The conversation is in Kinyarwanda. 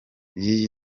y’iyi